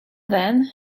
then